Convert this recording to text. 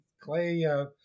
clay